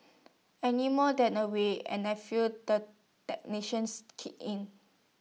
any more than A week and I feel the technicians kick in